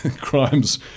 crimes